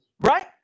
right